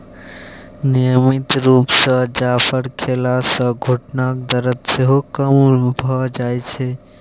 नियमित रुप सँ जाफर खेला सँ घुटनाक दरद सेहो कम भ जाइ छै